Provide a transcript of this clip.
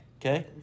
Okay